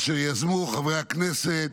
אשר יזמו חברי הכנסת